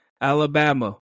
Alabama